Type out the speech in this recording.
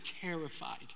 terrified